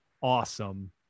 awesome